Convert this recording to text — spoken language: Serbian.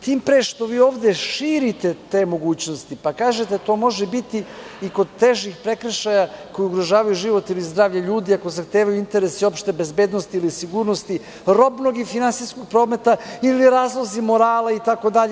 Tim pre što ovde širite te mogućnosti, pa kažete – to može biti i kod težih prekršaja koji ugrožavaju život ili zdravlje ljudi ako zahtevaju interes opšte bezbednosti ili sigurnosti, robnog i finansijskog prometa ili razlozi morala itd.